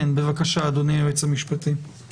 אדוני היועץ המשפטי, בבקשה.